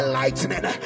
lightning